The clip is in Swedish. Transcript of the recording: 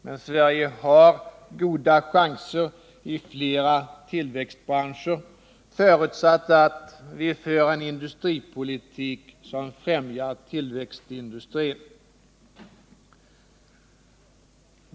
Men Sverige har goda chanser i flera tillväxtbranscher, förutsatt att vi för en industripolitik som främjar tillväxt i industrin.